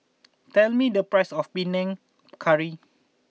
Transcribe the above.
tell me the price of Panang Curry